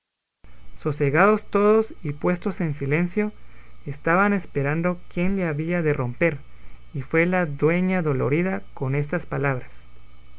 descubrieron sosegados todos y puestos en silencio estaban esperando quién le había de romper y fue la dueña dolorida con estas palabras